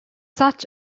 such